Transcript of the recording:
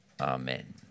Amen